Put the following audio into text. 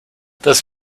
this